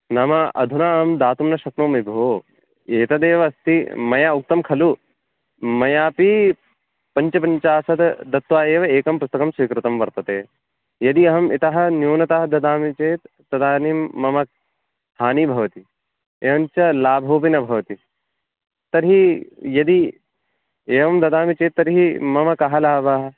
नाम अधुना अहं दातुं न शक्नोमि भोः एतदेव अस्ति मया उक्तं खलु मयापि पञ्चपञ्चाशत् दत्वा एव एकं पुस्तकं स्वीकृतं वर्तते यदि अहम् इतः न्यूनतः ददामि चेत् तदानीं मम हानिः भवति एवं च लाभोपि न भवति तर्हि यदि एवं ददामि चेत् तर्हि मम कः लाभः